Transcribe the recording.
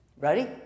Ready